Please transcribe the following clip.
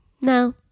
no